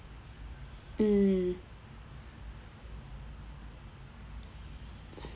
mm